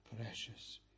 precious